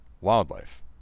wildlife